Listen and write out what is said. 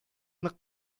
нык